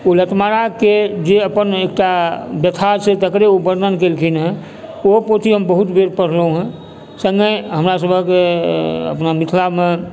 ओ लतमाराके जे अपन एकटा व्यथा छै तकरे ओ वर्णन केलखिन हँ ओहो पोथी हम बहुत बेर पढ़लहुँ हँ सङ्गहि हमरा सभके अपना मिथिलामे